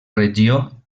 regió